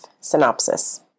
synopsis